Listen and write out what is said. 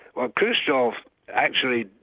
well khrushchev actually,